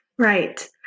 Right